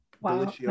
Wow